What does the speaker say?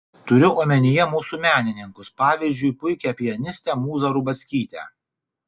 turiu omenyje mūsų menininkus pavyzdžiui puikią pianistę mūzą rubackytę